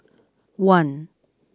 one